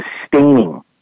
sustaining